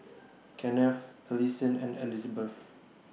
Kenneth Alison and Elizbeth